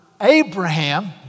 Abraham